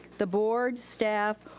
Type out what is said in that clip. the board staff,